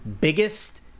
biggest